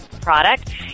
product